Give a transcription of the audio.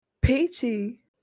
Peachy